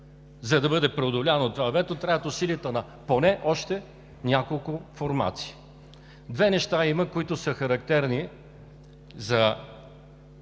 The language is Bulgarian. За да бъде преодоляно това вето, трябват усилията на поне още няколко формации. Две неща има, които са характерни за